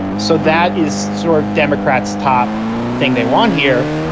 so that is sort of democrats top thing they want here.